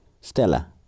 Stella